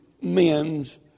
men's